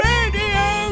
Radio